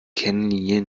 kennlinie